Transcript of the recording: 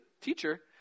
teacher